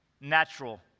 natural